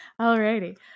Alrighty